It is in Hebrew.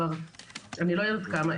כבר אני לא יודעת כמה,